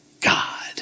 God